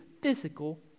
physical